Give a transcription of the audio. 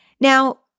Now